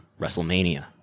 WrestleMania